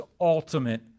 ultimate